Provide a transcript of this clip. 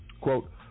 quote